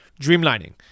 dreamlining